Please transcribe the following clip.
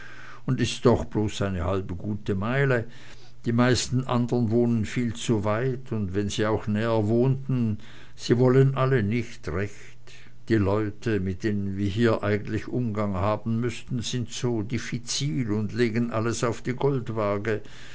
und es ist auch bloß eine gute halbe meile die meisten andern wohnen viel zu weit und wenn sie auch näher wohnten sie wollen alle nicht recht die leute hier mit denen wir eigentlich umgang haben müßten sind so diffizil und legen alles auf die goldwaage